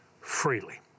freely